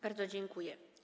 Bardzo dziękuję.